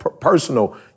personal